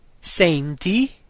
senti